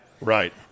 Right